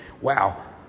wow